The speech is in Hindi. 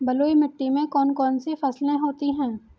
बलुई मिट्टी में कौन कौन सी फसलें होती हैं?